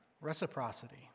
Reciprocity